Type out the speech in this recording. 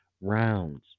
rounds